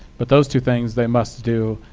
but those two things, they must do.